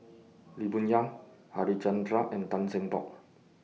Lee Boon Yang Harichandra and Tan Cheng Bock